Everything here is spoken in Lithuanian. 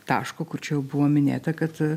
taško kur čia jau buvo minėta kad